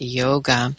yoga